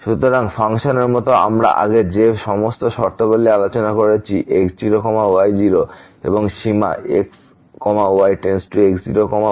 সুতরাং ফাংশনের মত আমরা আগে যে সমস্ত শর্তাবলী আলোচনা করেছি x0y0 এবং সীমা x y→ x0 y0 f x y বিদ্যমান